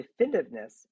definitiveness